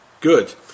Good